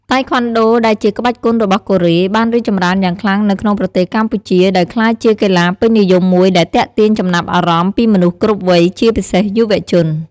តៃក្វាន់ដូ ដែលជាក្បាច់គុនរបស់កូរ៉េ បានរីកចម្រើនយ៉ាងខ្លាំងនៅក្នុងប្រទេសកម្ពុជា ដោយក្លាយជាកីឡាពេញនិយមមួយដែលទាក់ទាញចំណាប់អារម្មណ៍ពីមនុស្សគ្រប់វ័យ ជាពិសេសយុវជន។